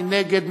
מי נגד?